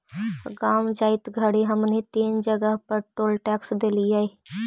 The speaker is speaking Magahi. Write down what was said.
गाँव जाइत घड़ी हमनी तीन जगह पर टोल टैक्स देलिअई